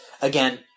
again